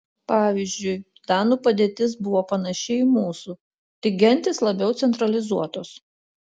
pavyzdžiui danų padėtis buvo panaši į mūsų tik gentys labiau centralizuotos